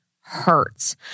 hurts